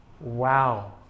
Wow